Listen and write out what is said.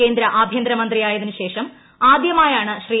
കേന്ദ്ര ആഭ്യന്തര മന്ത്രിയായതിന് ശേഷം ആദ്യമായാണ് ശ്രീ